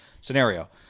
scenario